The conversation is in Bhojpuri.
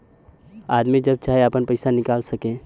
आदमी जब चाहे आपन पइसा निकाल सके